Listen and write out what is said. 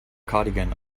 cardigan